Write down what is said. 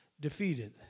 Defeated